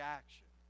action